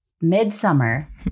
midsummer